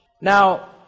Now